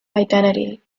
identity